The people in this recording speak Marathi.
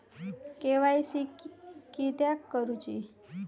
के.वाय.सी किदयाक करूची?